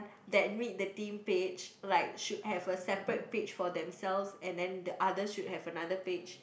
that meet the team page like should have a separate page for themselves and then the others should have another page